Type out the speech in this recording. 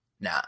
nah